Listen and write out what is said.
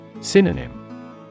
Synonym